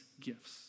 gifts